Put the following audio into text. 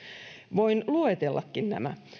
voin luetellakin nämä